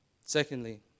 Secondly